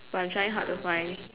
but I am trying hard to find